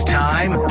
time